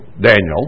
Daniel